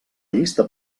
llista